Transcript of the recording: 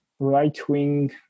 right-wing